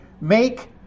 make